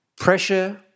Pressure